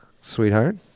sweetheart